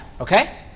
Okay